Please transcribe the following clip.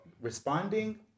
responding